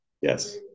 Yes